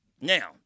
Now